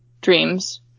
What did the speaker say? dreams